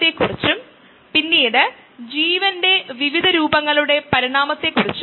operating മോഡായി നമ്മൾ ആദ്യം ബാച്ചിനെ കണ്ടു